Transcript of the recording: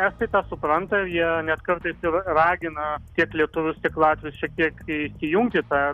estai tą supranta ir jie net kartais ir ragina tiek lietuvius tiek latvius šiek tiek įsijungti į tą